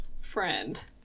friend